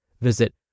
Visit